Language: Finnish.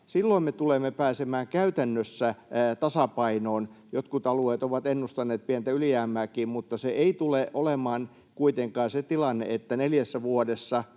silloin me tulemme pääsemään käytännössä tasapainoon, jotkut alueet ovat ennustaneet pientä ylijäämääkin. Mutta se ei tule olemaan kuitenkaan se tilanne, että neljässä vuodessa,